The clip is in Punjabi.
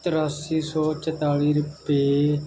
ਤ੍ਰਿਆਸੀ ਸੌ ਚੁਤਾਲੀ ਰੁਪਏ